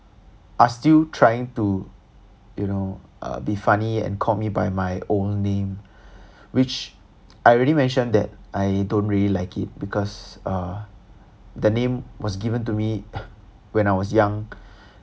are still trying to you know be funny and call me by my old name which I already mentioned that I don't really like it because uh the name was given to me when I was young